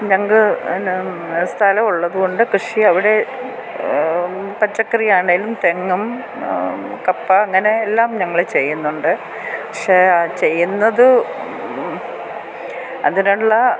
ഞങ്ങൾക്ക് പിന്നെ സ്ഥലം ഉള്ളത് കൊണ്ട് കൃഷി അവിടെ പച്ചക്കറി ആണേലും തെങ്ങും കപ്പ അങ്ങനെ എല്ലാം ഞങ്ങൾ ചെയ്യുന്നുണ്ട് പക്ഷേ ആ ചെയ്യുന്നത് അതിനുള്ള